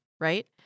Right